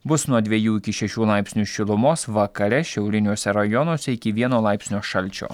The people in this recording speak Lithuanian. bus nuo dvejų iki šešių laipsnių šilumos vakare šiauriniuose rajonuose iki vieno laipsnio šalčio